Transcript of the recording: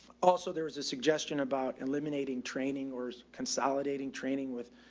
also there was a suggestion about eliminating training or consolidating training with,